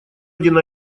один